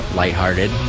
lighthearted